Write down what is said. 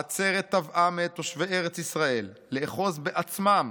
העצרת תבעה מאת תושבי ארץ ישראל לאחוז בעצמם